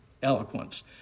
Eloquence